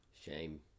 Shame